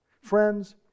Friends